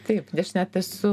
taip aš net esu